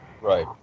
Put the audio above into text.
Right